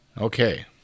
Okay